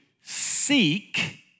seek